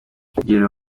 kugira